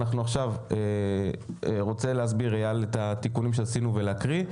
עכשיו אייל רוצה להסביר את התיקונים שעשינו ולהקריא.